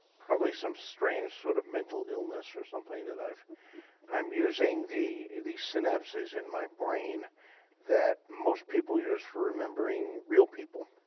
probably some strange sort of mental illness or something that i am using the the synapses in my brain that most people use for remembering real people